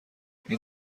این